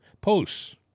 posts